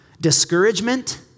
discouragement